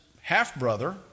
half-brother